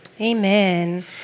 Amen